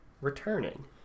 returning